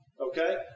Okay